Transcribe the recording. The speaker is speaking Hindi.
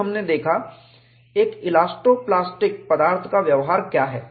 फिर हमने देखा एक इलास्टो प्लास्टिक पदार्थ का व्यवहार क्या है